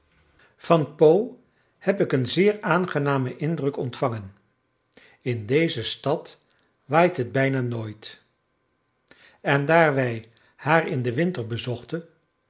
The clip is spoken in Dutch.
van pau heb ik een zeer aangenamen indruk ontvangen in deze stad waait het bijna nooit en daar wij haar in den winter bezochten